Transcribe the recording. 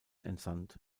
entsandt